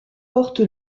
porte